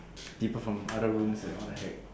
people from other rooms eh what the heck